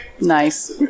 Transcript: Nice